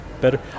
better